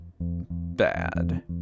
bad